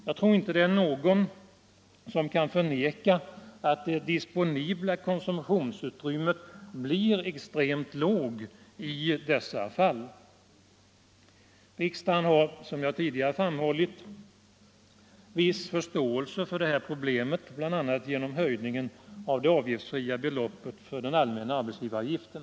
Jag tror inte att det är någon som kan förneka att det disponibla konsumtionsutrymmet blir extremt lågt i dessa fall. Riksdagen har, som jag tidigare framhållit, visat en viss förståelse för de här problemen bl.a. genom förslaget till höjning av det avgiftsfria beloppet för den allmänna arbetsgivaravgiften.